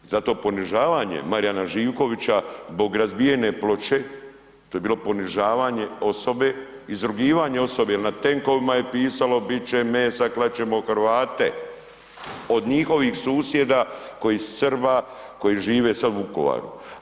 Zato ponižavanje Marijana Živkovića zbog razbijene ploče, to je bilo ponižavanje osobe, izrugivanje osobe jel na tenkovima je pisalo bit će mesa klat ćemo Hrvate od njihovih susjeda Srba koji žive sada u Vukovaru.